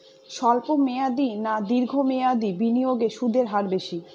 স্বল্প মেয়াদী না দীর্ঘ মেয়াদী বিনিয়োগে সুদের হার বেশী?